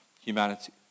humanity